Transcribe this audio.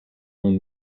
own